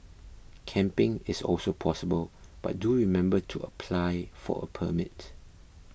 camping is also possible but do remember to apply for a permit